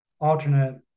alternate